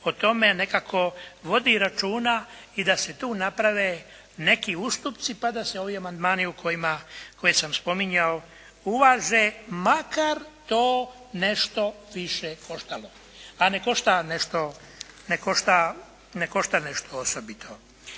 o tome nekako vodi računa i da se tu naprave neki ustupci, pa da se ovi amandmani, koje sam spominjao, uvaže makar to nešto više koštalo, a ne košta nešto osobito.